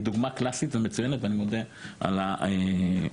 דוגמה קלאסית ומצוינת ואני מודה על העמדה,